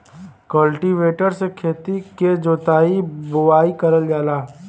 cultivator से खेती क जोताई बोवाई करल जाला